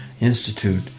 Institute